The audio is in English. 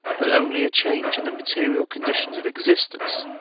but only a change in the material conditions of existence,